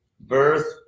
birth